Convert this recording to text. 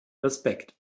respekt